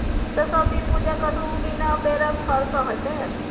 सरस्वती पूजा कतहु बिना बेरक फर सँ हेतै?